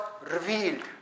revealed